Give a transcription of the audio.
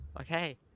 Okay